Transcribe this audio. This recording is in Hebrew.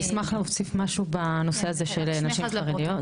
אני אשמח להוסיף משהו בנושא הזה של נשים חרדיות.